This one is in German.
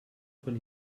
von